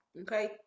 Okay